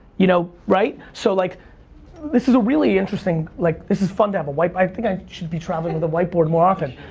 you know so like this is a really interesting, like this is fun to have a white, i think i should be traveling with a white board more often.